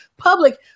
public